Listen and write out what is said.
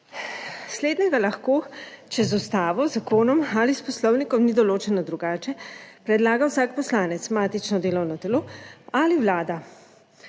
Slednjega lahko, če z Ustavo, z zakonom ali s Poslovnikom ni določeno drugače, predlaga vsak poslanec, matično delovno telo ali Vlada.